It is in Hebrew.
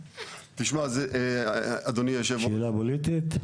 תשמע, אדוני היו"ר, זה --- זאת שאלה פוליטית?